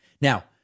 Now